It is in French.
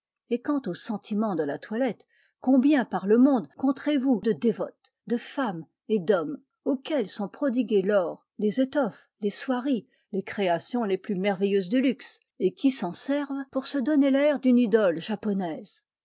et quant au sentiment de la toilette combien par le monde compterez vous de dévotes de femmes et d'hommes auxquels sont prodigués l'or les étoffes les soieries les créations les plus merveilleuse du luxe et qui s'en servent pour se donner l'air d'une idole japonaise